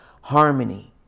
harmony